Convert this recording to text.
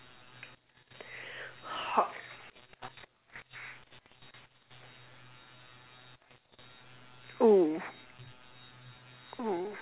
hulk oh